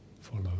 follow